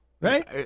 right